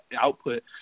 output